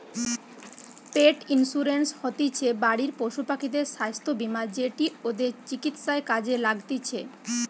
পেট insurance হতিছে বাড়ির পশুপাখিদের স্বাস্থ্য বীমা যেটি ওদের চিকিৎসায় কাজে লাগতিছে